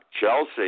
Chelsea